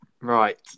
Right